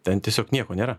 ten tiesiog nieko nėra